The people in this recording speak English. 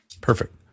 Perfect